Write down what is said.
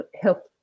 help